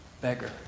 beggar